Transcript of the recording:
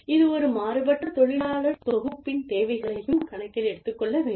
இது ஒரு மாறுபட்ட தொழிலாளர் தொகுப்பின் தேவைகளையும் கணக்கில் எடுத்துக்கொள்ள வேண்டும்